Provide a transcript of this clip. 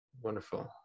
Wonderful